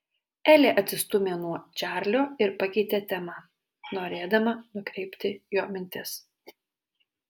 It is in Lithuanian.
elė atsistūmė nuo čarlio ir pakeitė temą norėdama nukreipti jo mintis